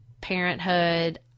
Parenthood